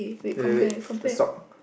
wait wait wait the sock